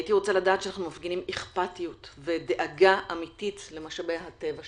הייתי רוצה לדעת שאנחנו מפגינים אכפתיות ודאגה אמיתית למשאבי הטבע שלנו.